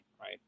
right